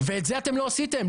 ואת זה אתם לא עשיתם,